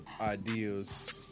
ideas